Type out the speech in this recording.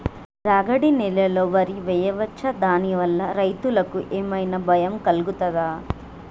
రాగడి నేలలో వరి వేయచ్చా దాని వల్ల రైతులకు ఏమన్నా భయం కలుగుతదా?